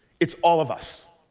it's all of us.